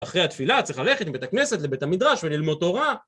אחרי התפילה צריך ללכת מבית הכנסת לבית המדרש וללמוד תורה